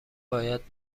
باید